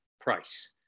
price